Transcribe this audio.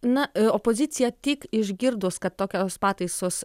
na opozicija tik išgirdus kad tokios pataisos